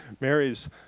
Mary's